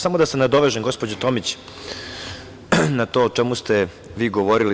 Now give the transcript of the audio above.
Samo da se nadovežem, gospođo Tomić, na to o čemu ste vi govorili.